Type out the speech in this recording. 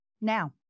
now